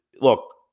look